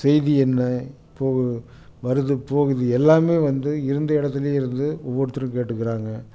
செய்தி என்ன போகுது வருது போகுது எல்லாமே வந்து இருந்த இடத்துலயே இருந்து ஒவ்வொருத்தரும் கேட்டுக்குறாங்க